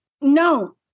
no